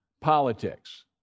politics